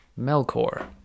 Melkor